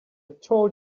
told